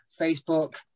Facebook